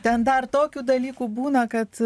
ten dar tokių dalykų būna kad